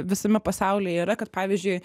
visame pasaulyje yra kad pavyzdžiui